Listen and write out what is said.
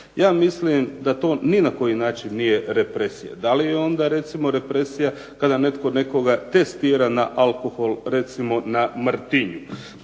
Ja mislim da to ni na koji način nije represija. Da li je onda recimo represija kada netko nekoga testira na alkohol recimo na Martinje.